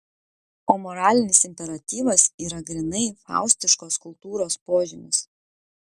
o moralinis imperatyvas yra grynai faustiškos kultūros požymis